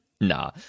Nah